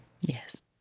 Yes